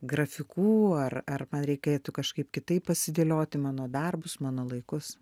grafikų ar ar man reikėtų kažkaip kitaip pasidėlioti mano darbus mano laikus